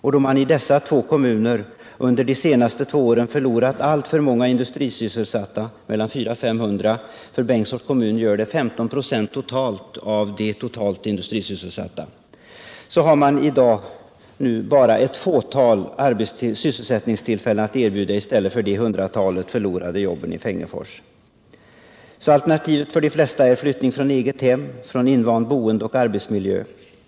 Man har i dessa två kommuner under de senaste två åren förlorat alltför många industriarbetsplatser, mellan 400 och 500. För Bengtsfors kommun gör det ca 15 26 av det totala antalet industrisysselsatta. Man har nu bara ett fåtal sysselsättningstillfällen att erbjuda i stället för de hundratalet förlorade jobben i Fengersfors. Alternativet för de flesta är därför flyttning från egnahem, från invand boendeoch arbetsmiljö.